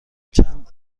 چند